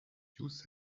use